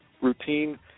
routine